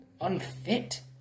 unfit